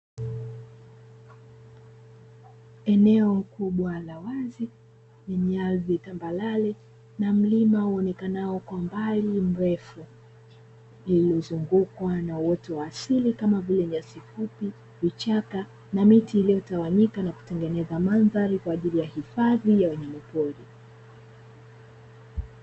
Eneo kubwa la wazi lenye ardhi tambarare na mlima uonekanao kwa mbali mrefu, lililozungukwa na uoto wa asili kama vile: nyasi fupi, vichaka na miti iliyotawanyika na kutengeneza mandhari kwa ajili ya hifadhi ya wanyamapori.